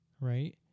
right